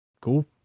cool